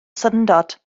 syndod